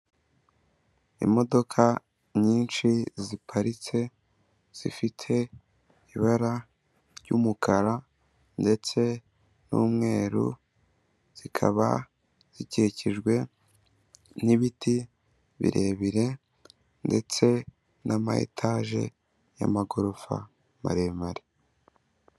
Imodoka nyinshi ziparitse, zifite ibara ry'umukara ndetse n'umweru, zikaba zikikijwe n'ibiti birebire ndetse n'amayetage y'amagorofa maremare.